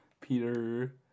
Peter